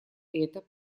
это